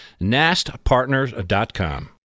nastpartners.com